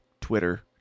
Twitter